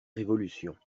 révolution